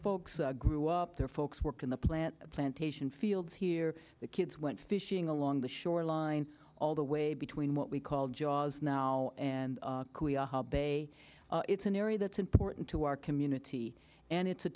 folks grew up their folks worked in the plant plantation fields here the kids went fishing along the shoreline all the way between what we call jaws now and it's an area that's important to our community and it's a